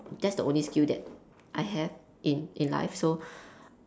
that's the only skill that I have in in life so